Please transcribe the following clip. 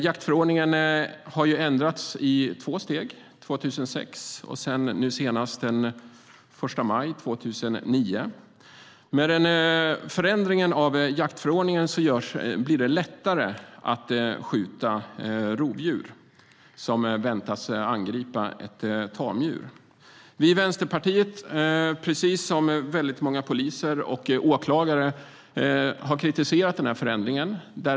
Jaktförordningen har ändrats i två steg, 2006 och nu senast den 1 maj 2009. Med förändringen av jaktförordningen blir det lättare att skjuta rovdjur som väntas angripa ett tamdjur. Vi i Vänsterpartiet har, precis som många poliser och åklagare, kritiserat den här förändringen.